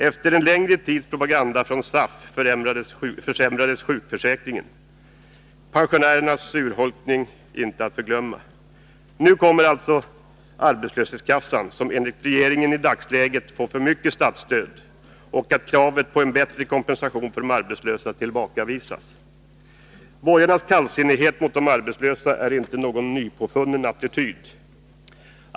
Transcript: Efter en längre tids propaganda från SAF försämras sjukförsäkringen — pensionernas urholkning inte att förglömma. Nu har turen alltså kommit till arbetslöshetskassan, som enligt regeringen i dagsläget får för mycket statsstöd. Kravet på en bättre kompensation för de arbetslösa tillbakavisas. Borgarnas kallsinnighet mot de arbetslösa är inte någon nypåfunnen attityd.